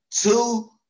two